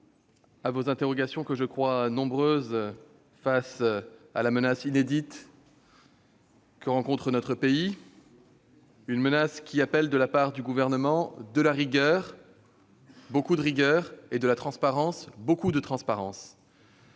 à vos interrogations, que j'imagine nombreuses, face à la menace inédite que connaît notre pays. Cette menace appelle, de la part du Gouvernement, de la rigueur, beaucoup de rigueur, et de la transparence, beaucoup de transparence.